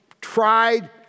tried